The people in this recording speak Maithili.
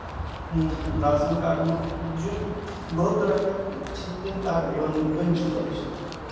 राशन कार्डमे ज् बहुत तरहके छै जे कार्ड बन बनि चुकल छै